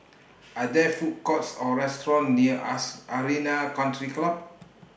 Are There Food Courts Or restaurants near as Arena Country Club